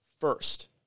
first